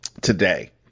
today